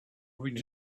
read